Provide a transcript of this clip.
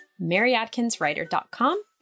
maryadkinswriter.com